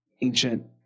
ancient